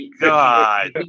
God